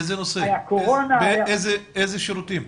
איזה שירותים?